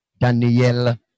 Daniel